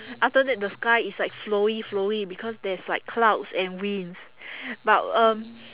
after that the sky is like flowy flowy because there's like clouds and winds but um